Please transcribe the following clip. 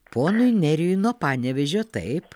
ponui nerijui nuo panevėžio taip